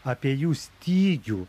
apie jų stygių